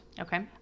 Okay